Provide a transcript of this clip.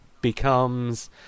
becomes